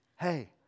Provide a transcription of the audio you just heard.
hey